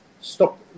Stop